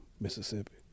Mississippi